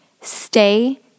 Stay